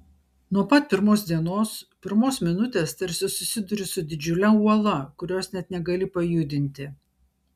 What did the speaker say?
nuo pat pirmos dienos pirmos minutės tarsi susiduri su didžiule uola kurios net negali pajudinti